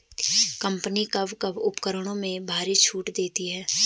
Company कब कब उपकरणों में भारी छूट देती हैं?